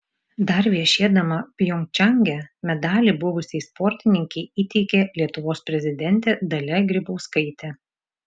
dar viešėdama pjongčange medalį buvusiai sportininkei įteikė lietuvos prezidentė dalia grybauskaitė